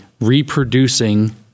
reproducing